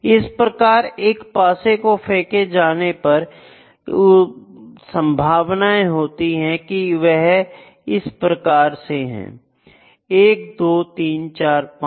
इसी प्रकार एक पासे को फेंकने पर जो संभावनाएं बनती हैं वह इस प्रकार हैं 12345 और 6